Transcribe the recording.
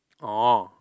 orh